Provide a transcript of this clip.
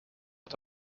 het